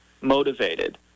motivated